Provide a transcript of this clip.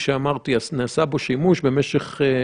כמה זמן במצטבר נעשה שימוש בכלי?